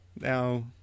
Now